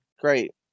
Great